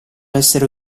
essere